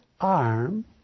arm